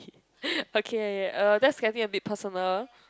okay okay uh that's getting a bit personal